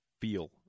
Feel